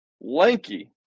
Lanky